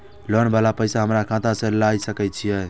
Loan वाला पैसा हमरा खाता से लाय सके छीये?